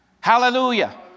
Hallelujah